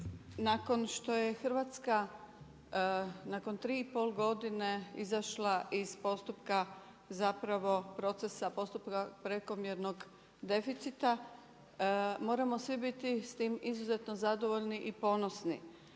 nakon što je Hrvatska, nakon tri i pol godine izašla iz postupka procesa prekomjernog deficita, moramo svi biti s tim izuzetno zadovoljni i ponosni.